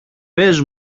πες